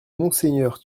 monseigneur